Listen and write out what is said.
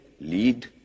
lead